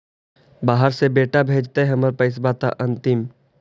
बाहर से बेटा भेजतय त हमर पैसाबा त अंतिम?